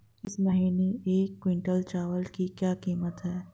इस महीने एक क्विंटल चावल की क्या कीमत है?